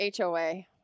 HOA